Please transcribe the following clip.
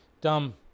dumb